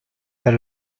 per